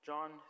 John